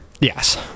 Yes